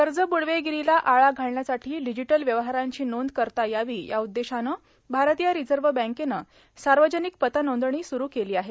कज ब्डर्वोगरांला आळा घालण्यासाठी डिजिटल व्यवहारांची नोंद करता यावी या उद्देशानं भारतीय रारजव्ह बँकेनं सावर्जानक पत नांदणी सुरु केलो आहे